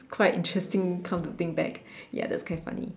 quite interesting come to think back ya that's quite funny